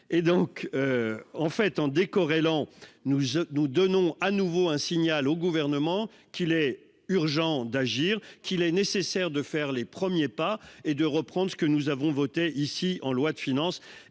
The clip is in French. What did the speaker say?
en décor l'an nous nous donnons à nouveau un signal au gouvernement qu'il est urgent d'agir, qu'il est nécessaire de faire les premiers pas et de reprendre que nous avons voté ici en loi de finances